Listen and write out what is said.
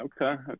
Okay